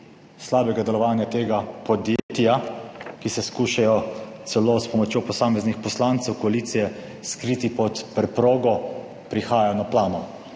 slabega delovanja tega podjetja, ki se skušajo celo s pomočjo posameznih poslancev koalicije skriti pod preprogo, prihajajo na plano.